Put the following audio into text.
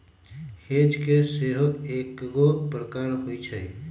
hedge के सेहो कएगो प्रकार होइ छै